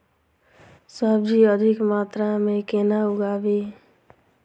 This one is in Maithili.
सब्जी अधिक मात्रा मे केना उगाबी?